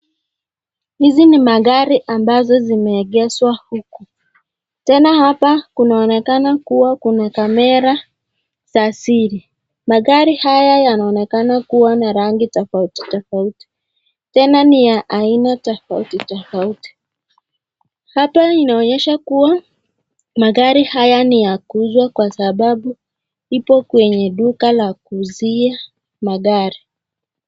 Hizi ni magari ambazo zimeegeshwa huku. Tena hapa kunaonekana kuwa kuna kamera za siri. Magari haya yanaonekana kuwa na rangi tofauti tofauti. Tena ni ya aina tofauti tofauti. Hapa inaonyesha kuwa magari haya ni ya kuuzwa kwa sababu ipo kwenye duka la kuuzia magari.